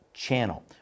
channel